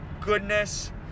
goodness